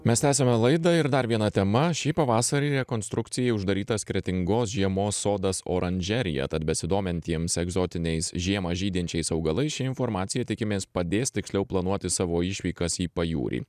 mes tęsiame laidą ir dar viena tema šį pavasarį rekonstrukcijai uždarytas kretingos žiemos sodas oranžerija tad besidomintiems egzotiniais žiemą žydinčiais augalais ši informacija tikimės padės tiksliau planuoti savo išvykas į pajūrį